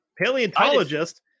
Paleontologist